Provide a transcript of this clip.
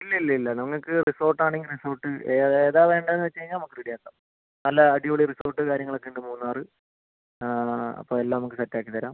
ഇല്ല ഇല്ല ഇല്ല നിങ്ങൾക്ക് റിസോർട്ട് ആണെങ്കിൽ റിസോർട്ട് ഏതാണ് വേണ്ടതെന്ന് വെച്ചുകഴിഞ്ഞാൽ നമുക്ക് റെഡി ആക്കാം നല്ല അടിപൊളി റിസോർട്ട് കാര്യങ്ങളൊക്കെ ഉണ്ട് മൂന്നാർ അപ്പം എല്ലാം നമുക്ക് സെറ്റ് ആക്കിത്തരാം